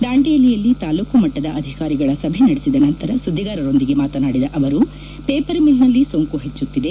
ದಾಂಡೇಲಿಯಲ್ಲಿ ತಾಲೂಕು ಮಟ್ಟದ ಅಧಿಕಾರಿಗಳ ಸಭೆ ನಡೆಸಿದ ನಂತರ ಸುದ್ದಿಗಾರರೊಂದಿಗೆ ಮಾತನಾಡಿದ ಅವರು ಪೇಪರ್ ಮಿಲ್ನಲ್ಲಿ ಸೋಂಕು ಹೆಚ್ಚುತ್ತಿದೆ